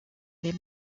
les